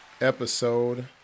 episode